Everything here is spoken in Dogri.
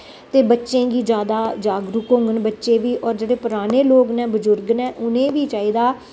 ते बच्चें गी जादा जागरूक होङन बच्चें बी होर जेह्डे़ पराने लोक न बजुर्ग न उ'नें ई बी चाहिदा